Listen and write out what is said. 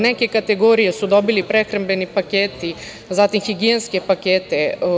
Neke kategorije su dobile prehrambene pakete, zatim higijenske pakete.